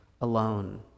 alone